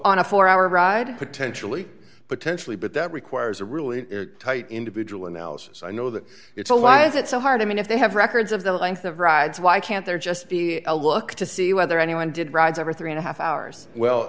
on a four hour ride potentially potentially but that requires a really tight individual analysis i know that it's a lie is it so hard i mean if they have records of the length of rides why can't there just be a look to see whether anyone did rides over three and a half hours